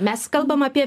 mes kalbam apie